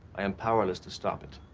i am powerless to stop it.